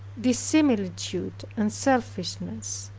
dissimilitude, and selfishness.